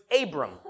Abram